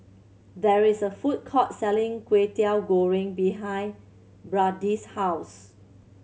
there is a food court selling Kway Teow Goreng behind Bradyn's house